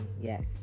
yes